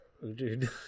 Dude